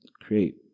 create